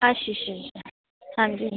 अच्छा आं जी